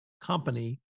company